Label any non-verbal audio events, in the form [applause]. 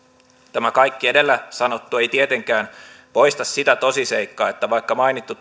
tämä kaikki edellä sanottu ei tietenkään poista sitä tosiseikkaa että vaikka mainittu [unintelligible]